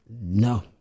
No